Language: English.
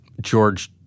George